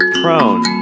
prone